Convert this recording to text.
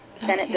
Senate